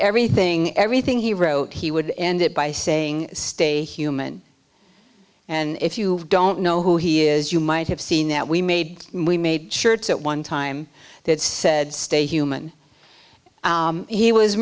everything everything he wrote he would end it by saying stay human and if you don't know who he is you might have seen that we made we made shirts at one time that said stay human he was